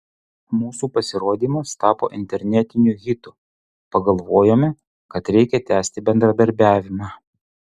mūsų pasirodymas tapo internetiniu hitu pagalvojome kad reikia tęsti bendradarbiavimą